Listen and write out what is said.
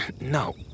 No